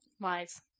Wise